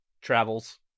travels